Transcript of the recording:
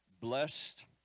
blessed